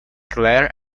claire